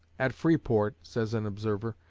at freeport, says an observer,